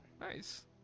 Nice